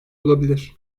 olabilir